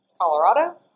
Colorado